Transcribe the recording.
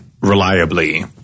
reliably